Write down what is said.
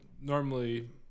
normally